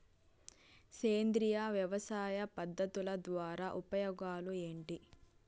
సేంద్రియ వ్యవసాయ పద్ధతుల ద్వారా ఉపయోగాలు ఏంటి?